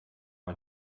mal